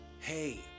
Hey